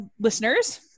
listeners